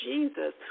Jesus